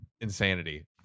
insanity